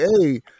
hey